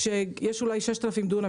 שיש אולי 6,000 דונם,